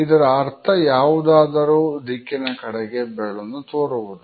ಇದರ ಅರ್ಥ ಯಾವುದಾದರೂ ದಿಕ್ಕಿನ ಕಡೆಗೆ ಬೆರಳನ್ನು ತೋರುವುದು